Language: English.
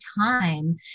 time